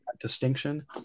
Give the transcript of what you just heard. distinction